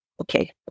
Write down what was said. okay